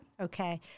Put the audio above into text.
Okay